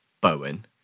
Bowen